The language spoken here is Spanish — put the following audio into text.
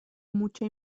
mucha